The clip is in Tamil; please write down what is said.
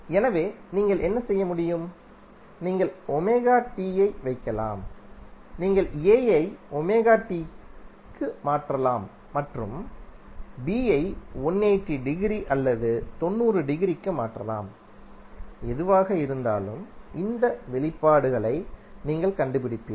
எனவே நீங்கள் என்ன செய்ய முடியும் நீங்கள் யை வைக்கலாம் நீங்கள் A ஐ க்கு மாற்றலாம் மற்றும் B ஐ 180 டிகிரி அல்லது 90 டிகிரிக்குமாற்றலாம் எதுவாக இருந்தாலும் இந்த வெளிப்பாடுகளை நீங்கள் கண்டுபிடிப்பீர்கள்